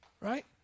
Right